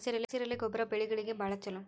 ಹಸಿರೆಲೆ ಗೊಬ್ಬರ ಬೆಳೆಗಳಿಗೆ ಬಾಳ ಚಲೋ